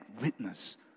witness